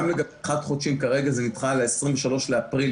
גם לחד-חודשיים כרגע זה נדחה ל-23 באפריל,